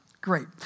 Great